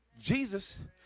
Jesus